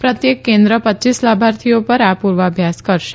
પ્રત્યેક કેન્દ્ર રપ લાભાર્થીઓ પર આ પુર્વાભ્યાસ કરશે